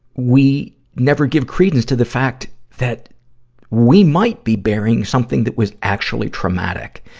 we never give credence to the fact that we might be bearing something that was actually traumatic.